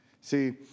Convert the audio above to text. See